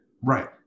Right